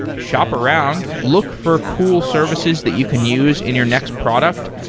shop around, look for cool services that you can use in your next product,